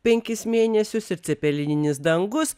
penkis mėnesius ir cepelinis dangus